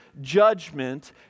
judgment